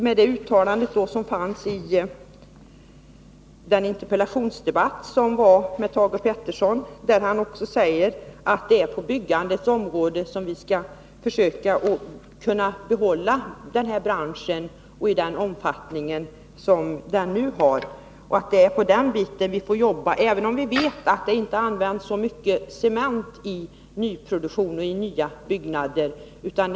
Ien tidigare interpellationsdebatt sade industriminister Thage Peterson att vi skall försöka hålla cementproduktionen i landet på nuvarande nivå genom ett tillräckligt byggande. Det är vad vi får arbeta för, även om det som bekant inte används lika mycket cement som tidigare i nybyggnationen.